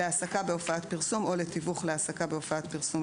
להעסקה בהופעת פרסום או לתיווך להעסקה בהופעת פרסום,